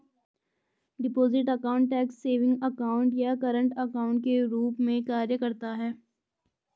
deposit account tax savings account या current account के रूप में कार्य करता है